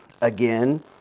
Again